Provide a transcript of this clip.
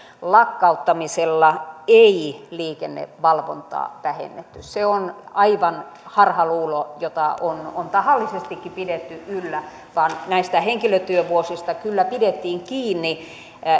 lakkauttamisella ei liikennevalvontaa vähennetty se on aivan harhaluulo jota on on tahallisestikin pidetty yllä vaan näistä henkilötyövuosista kyllä pidettiin kiinni